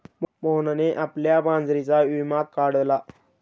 मोहनने आपल्या मांजरीचा विमा काढला